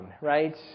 Right